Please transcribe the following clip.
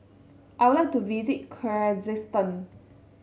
I would like to visit Kyrgyzstan